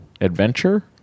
Adventure